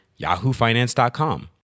yahoofinance.com